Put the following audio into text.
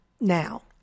Now